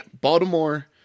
Baltimore